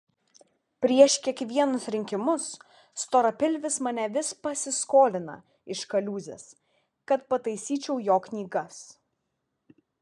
prieš kiekvienus rinkimus storapilvis mane vis pasiskolina iš kaliūzės kad pataisyčiau jo knygas